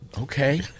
Okay